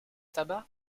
tabac